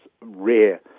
rare